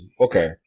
okay